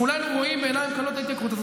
כולנו רואים בעיניים כלות את ההתייקרות הזאת,